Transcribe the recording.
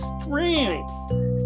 screaming